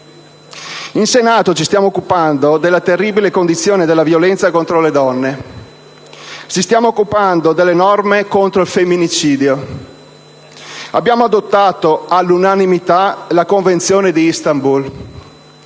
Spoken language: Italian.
In Senato ci stiamo occupando della terribile condizione della violenza contro le donne e delle norme contro il femminicidio, abbiamo adottato all'unanimità la Convenzione di Istanbul: